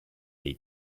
dei